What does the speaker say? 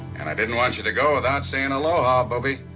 and i didn't want you to go without saying aloha, bubbie.